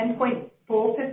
10.4%